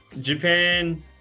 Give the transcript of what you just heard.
Japan